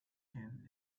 him